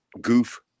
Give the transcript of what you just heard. goof